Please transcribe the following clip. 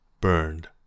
burned